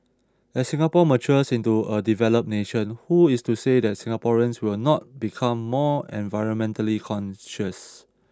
as Singapore matures into a developed nation who is to say that Singaporeans will not become more environmentally conscious